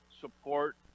support